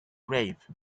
grave